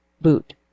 boot